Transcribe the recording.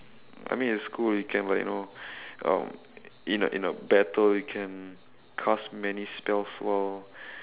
I mean it's cool you can like you know um in a in a battle you can cast many spells while